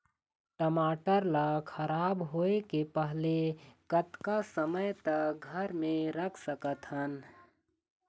टमाटर ला खराब होय के पहले कतका समय तक घर मे रख सकत हन?